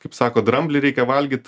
kaip sako dramblį reikia valgyt